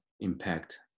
impact